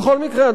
בכל מקרה,